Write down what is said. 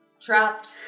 Trapped